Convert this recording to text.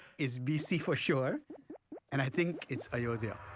it's b c. for sure and i think it's ayodhya,